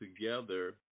together